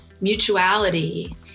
mutuality